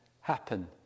happen